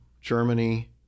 Germany